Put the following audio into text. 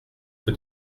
peu